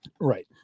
Right